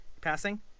Passing